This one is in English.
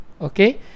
Okay